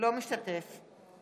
אינו משתתף בהצבעה